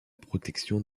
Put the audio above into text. protection